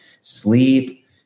Sleep